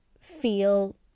feel